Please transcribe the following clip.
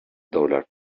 dollar